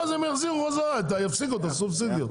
אז הם יחזירו חזרה ויפסידו את הסובסידיות,